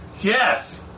Yes